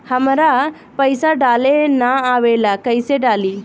हमरा पईसा डाले ना आवेला कइसे डाली?